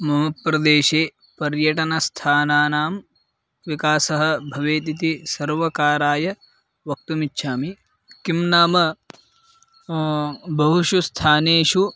मम प्रदेशे पर्यटनस्थानानां विकासः भवेत् इति सर्वकाराय वक्तुम् इच्छामि किं नाम बहुषु स्थानेषु